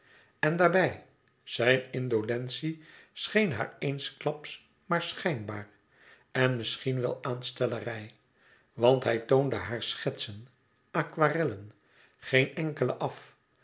en daarbij zijne indolentie scheen haar eensklaps maar schijnbaar en misschien wel aanstellerij want hij toonde haar schetsen aquarellen vooral aquarellen geen enkele af